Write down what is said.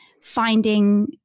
finding